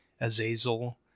Azazel